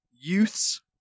youths